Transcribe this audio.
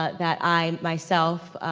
ah that i myself,